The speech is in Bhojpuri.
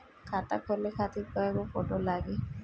खाता खोले खातिर कय गो फोटो लागी?